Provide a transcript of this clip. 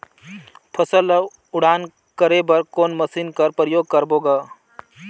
फसल ल उड़ान करे बर कोन मशीन कर प्रयोग करबो ग?